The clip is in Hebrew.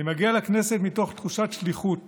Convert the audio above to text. אני מגיע לכנסת מתוך תחושת שליחות